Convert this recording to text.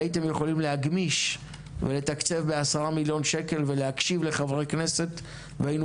והייתם יכולים להגמיש ולתקצב ב-10 מיליון שקל ולהקשיב לחברי כנסת והיינו